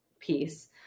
piece